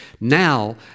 now